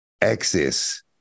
access